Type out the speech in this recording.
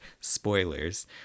spoilers